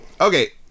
Okay